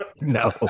no